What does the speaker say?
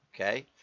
Okay